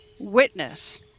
witness